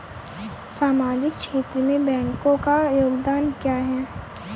सामाजिक क्षेत्र में बैंकों का योगदान क्या है?